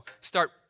start